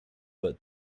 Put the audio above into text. but